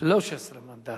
13 מנדטים?